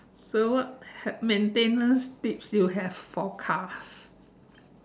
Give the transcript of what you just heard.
so what had maintenance tips you have for cars